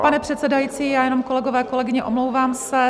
Pane předsedající, já jenom, kolegové, kolegyně, omlouvám se.